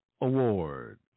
Award